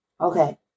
Okay